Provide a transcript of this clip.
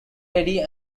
ready